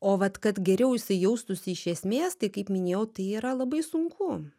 o vat kad geriau jisai jaustųsi iš esmės tai kaip minėjau tai yra labai sunku